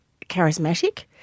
charismatic